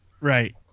Right